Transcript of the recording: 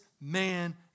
man